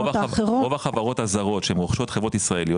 רוב החברות הזרות יש גם חריגים - שרוכשות חברות ישראליות,